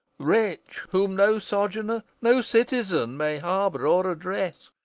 wretch whom no sojourner, no citizen may harbor or address,